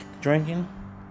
drinking